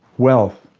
wealth,